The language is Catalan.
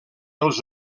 els